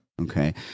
Okay